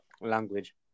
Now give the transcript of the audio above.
language